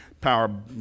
power